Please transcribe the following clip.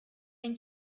ein